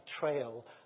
betrayal